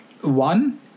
one